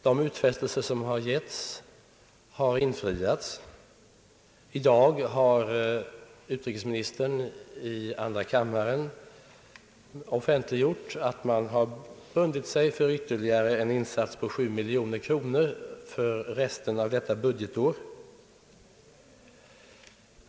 De utfästelser som har gjorts har dock infriats. I dag har utrikesministern i andra kammaren offentliggjort att Sverige har bundit sig för ytterligare en insats på sju miljoner kronor för den återstående tiden av detta budgetår.